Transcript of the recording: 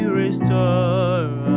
restore